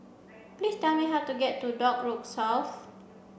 please tell me how to get to Dock Road South